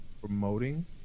promoting